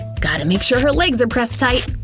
gotta make sure her legs are pressed tight.